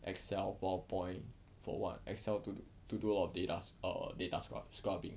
Excel PowerPoint for [what] Excel to to do a lot of data err data scrub scrubbing